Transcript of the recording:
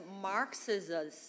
Marxism